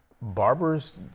barbers